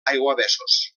aiguavessos